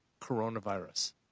coronavirus